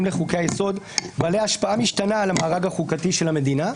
לחוקי-היסוד בעלי השפעה משתנה על המארג החוקתי של המדינה,